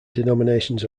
denominations